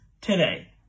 today